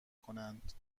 کنند